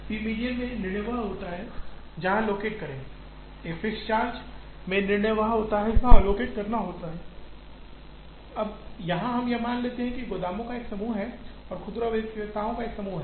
P median में निर्णय वह होता है कि कहा लोकेट करे एक फिक्स्ड चार्ज में निर्णय वह होता है जहां लोकेट करना होता है अब यहां हम यह मान लेते हैं कि गोदामों का एक समूह है और खुदरा विक्रेताओं का एक समूह है